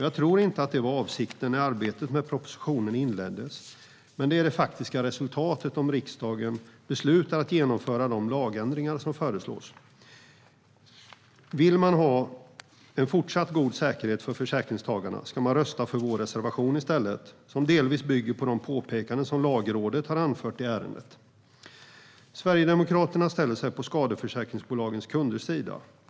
Jag tror inte att det var avsikten när arbetet med propositionen inleddes, men det är det faktiska resultatet om riksdagen beslutar att genomföra de lagändringar som föreslås. Vill man ha en fortsatt god säkerhet för försäkringstagarna ska man rösta för vår reservation i stället. Den bygger delvis på de påpekanden som Lagrådet har anfört i ärendet. Sverigedemokraterna ställer sig på skadeförsäkringsbolagens kunders sida.